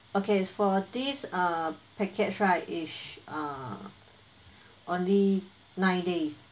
okay for this uh package right if uh only nine days